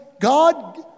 God